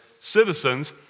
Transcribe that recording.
citizens